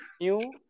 new